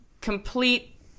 complete